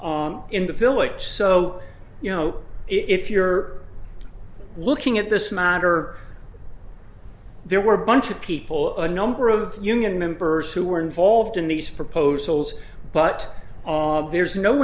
employees in the village so you know if you're looking at this matter there were a bunch of people a number of union members who were involved in these proposals but there's no